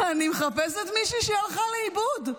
אני מחפשת מישהי שהלכה לאיבוד.